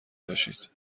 باشید